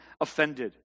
offended